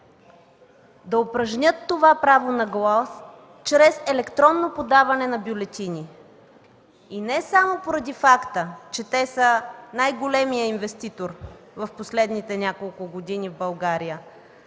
да упражнят това право на глас чрез електронно подаване на бюлетини и не само поради факта, че те са най-големият инвеститор в последните няколко години в България,